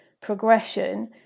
progression